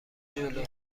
جلو